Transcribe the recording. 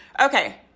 Okay